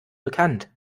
bekannt